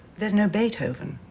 there's no beethoven.